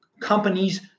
companies